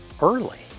early